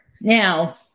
now